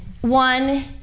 one